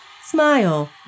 Smile